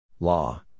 Law